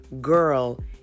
girl